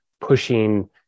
pushing